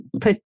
put